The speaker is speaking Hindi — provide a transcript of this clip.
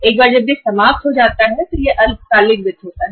एक बार जब यह समाप्त हो जाता है तो यह अल्पकालिक वित्त हो जाता है